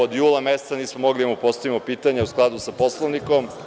Od jula meseca nismo mogli da mu postavimo pitanja u skladu sa Poslovnikom.